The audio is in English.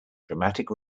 dramatic